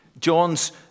John's